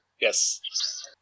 Yes